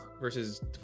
versus